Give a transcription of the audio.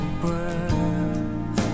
breath